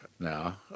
Now